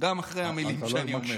גם אחרי המילים שאני אומר?